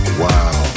wow